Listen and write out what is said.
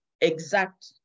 exact